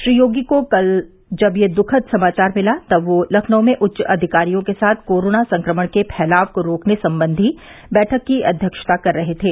श्री योगी को कल जब यह दुखद समाचार मिला तब वह लखनऊ में उच्चाधिकारियों के साथ कोरोना संक्रमण के फैलाव को रोकने सम्बन्धी बैठक की अध्यक्षता कर रहे थे